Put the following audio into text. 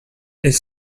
est